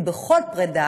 כי בכל פרידה